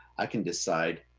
i can decide,